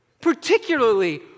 Particularly